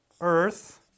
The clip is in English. Earth